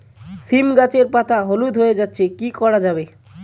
সীম গাছের পাতা হলুদ হয়ে যাচ্ছে কি করা যাবে?